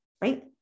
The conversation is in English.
right